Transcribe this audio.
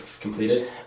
completed